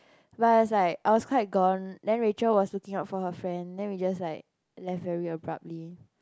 but I was like I was quite gone then Rachael was looking out for her friend then we just like left very abruptly